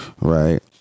Right